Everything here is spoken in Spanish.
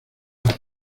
las